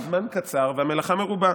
הזמן קצר והמלאכה מרובה.